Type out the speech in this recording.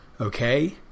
Okay